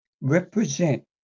represent